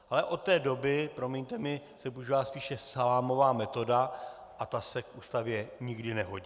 Ale od té doby, promiňte mi, se používá spíše salámová metoda a ta se k Ústavě nikdy nehodí.